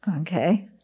Okay